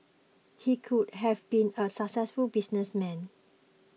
he could have been a successful businessman